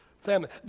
family